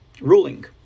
ruling